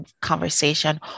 conversation